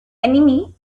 enemy